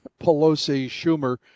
Pelosi-Schumer